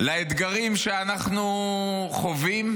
לאתגרים שאנחנו חווים,